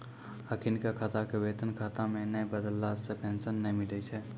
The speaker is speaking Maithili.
अखिनका खाता के वेतन खाता मे नै बदलला से पेंशन नै मिलै छै